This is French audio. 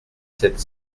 sept